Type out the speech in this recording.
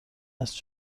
است